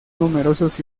numerosos